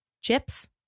Chips